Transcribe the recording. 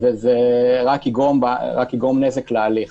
בוועדה וזה רק יגרום נזק להליך.